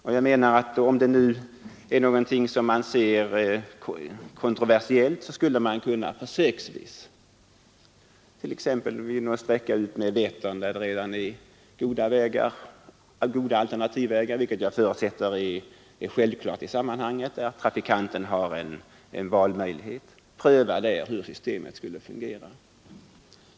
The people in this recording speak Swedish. Om denna fråga är kontroversiell skulle man försöksvis, t.ex. vid någon sträcka utmed Vättern, där det redan finns goda alternativvägar — jag förutsätter att trafikanterna skall ha en valmöjlighet — pröva hur systemet skulle fungera.